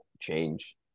change